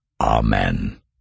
Amen